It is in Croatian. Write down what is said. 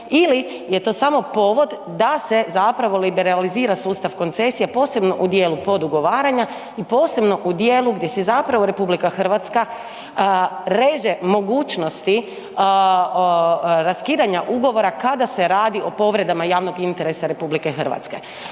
ili je to samo povod da se zapravo liberalizira sustav koncesija posebno u dijelu podugovaranja i posebno u dijelu gdje se zapravo RH reže mogućnosti raskidanja ugovora kada se radi o povredama javnog interesa RH. Dakle,